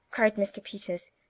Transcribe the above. cried mr. peters.